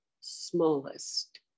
smallest